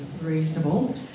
reasonable